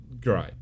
Great